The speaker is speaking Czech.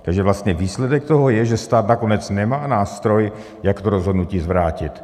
Takže vlastně výsledek toho je, že stát nakonec nemá nástroj, jak to rozhodnutí zvrátit.